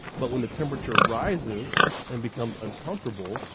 but when the temperature rises and becomes uncomfortable,